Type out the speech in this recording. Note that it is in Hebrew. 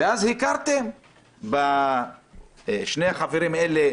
ואז הכרתם בשני החברים האלה